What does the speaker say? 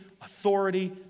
authority